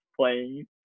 playing